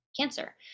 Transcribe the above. cancer